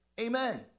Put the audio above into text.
Amen